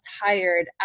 hired